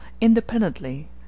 independently